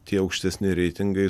tie aukštesni reitingai